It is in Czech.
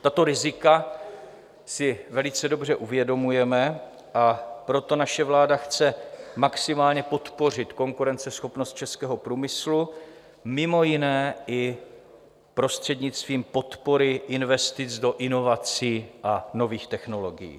Tato rizika si velice dobře uvědomujeme, a proto naše vláda chce maximálně podpořit konkurenceschopnost českého průmyslu, mimo jiné i prostřednictvím podpory investic do inovací a nových technologií.